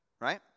Right